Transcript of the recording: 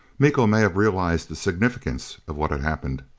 miko may have realized the significance of what had happened.